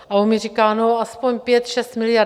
A on mi říká: No aspoň 56 miliard.